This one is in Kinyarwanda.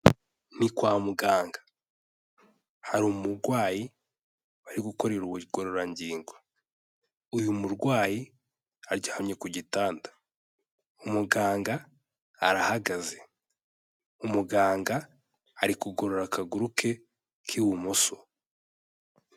Ni kwa muganga, hari umurwayi bari gukorera ubugororangingo, uyu murwayi aryamye ku gitanda, umuganga arahagaze, umuganga ari kugorora akaguru ke k'ibumoso.